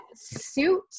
suit